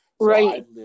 right